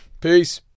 Peace